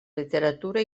literatura